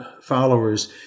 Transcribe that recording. followers